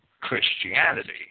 Christianity